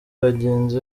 bagenzi